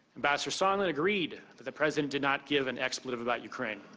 ambassador sondland agreed that the president did not give an expletive about ukraine.